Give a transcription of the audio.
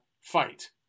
fight